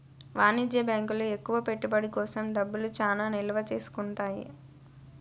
వాణిజ్య బ్యాంకులు ఎక్కువ పెట్టుబడి కోసం డబ్బులు చానా నిల్వ చేసుకుంటాయి